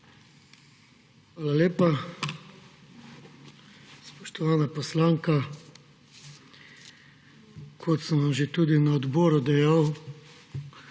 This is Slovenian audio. Hvala lepa. Spoštovana poslanka! Kot sem vam že tudi na odboru dejal,